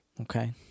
Okay